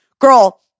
Girl